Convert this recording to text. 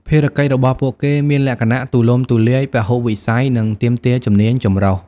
ភារកិច្ចរបស់ពួកគេមានលក្ខណៈទូលំទូលាយ ពហុវិស័យ និងទាមទារជំនាញចម្រុះ។